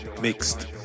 mixed